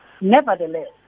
Nevertheless